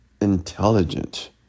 intelligent